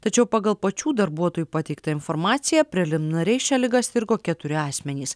tačiau pagal pačių darbuotojų pateiktą informaciją preliminariai šia liga sirgo keturi asmenys